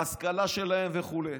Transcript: בהשכלה שלהם וכו',